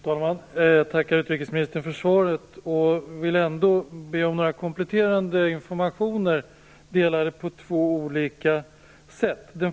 Fru talman! Jag tackar utrikesministern för svaret. Samtidigt måste jag få be om kompletterande information; uppdelat på två olika sätt.